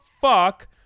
fuck